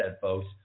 folks